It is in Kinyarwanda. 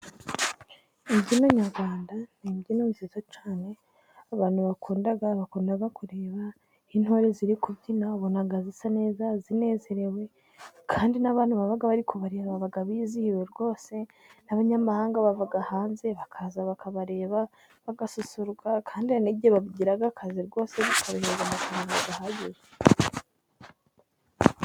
Imbyino nyarwanda ni imbyino nziza cyane, abantu bakunda. Bakunda kureba intore ziri kubyina .Babonaga zisa neza zinezerewe kandi n'abantu babaga bari kubareba baba bizihiwe rwose n'abanyamahanga bava hanze bakaza bakabareba bagasusururuka .Kandi hari n,igihe babigira akazi rwose bakabireba, bakaba amafaranga ahagije.